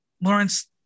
Lawrence